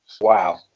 Wow